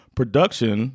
production